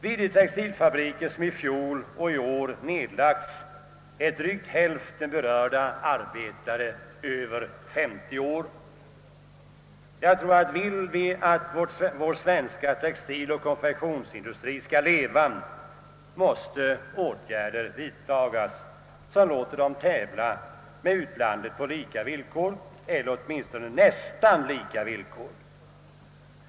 Vid de textilfabriker som i fjol och i år nedlagts är drygt hälften av berörda arbetare över femtio år. Jag tror, att om vi vill att vår svenska textiloch konfektionsindustri skall leva vidare, måste åtgärder vidtagas som låter dem tävla med utlandet på lika villkor eller åtminstone nästan lika villkor.